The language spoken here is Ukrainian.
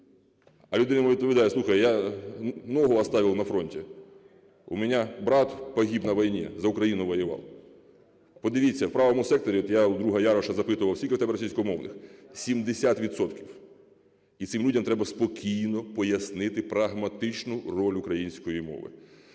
"Слухай, я ногу оставил на фронте, у меня брат погиб на войне, за Украину воевал". Подивіться, у "Правому секторі", от я у друга Яроша запитував: скільки у тебе російськомовних? 70 відсотків. І цим людям треба спокійно пояснити прагматичну роль української мови.